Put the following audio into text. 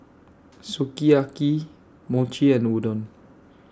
Sukiyaki Mochi and Udon